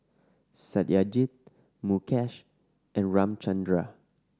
Satyajit Mukesh and Ramchundra